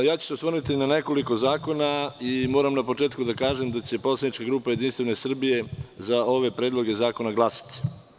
Osvrnuću se samo na nekoliko zakona i moram na početku da kažem da će poslanička grupa Jedinstvene Srbije, za ove predloge zakona glasati.